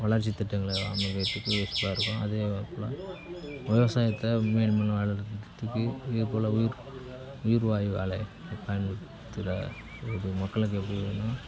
வளர்ச்சி திட்டங்கள அமைவதற்கு யூஸ்ஃபுல்லா இருக்கும் அதே போல விவசாயத்த மேன்மேலும் வளர்றதுக்கு அதேபோல உயிர் உயிர்வாயு ஆலைகளை பயன்படுத்துற மக்களுக்கு எப்டின்னா